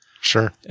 Sure